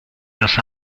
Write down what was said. los